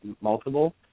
multiple